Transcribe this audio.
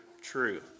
true